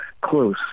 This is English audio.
close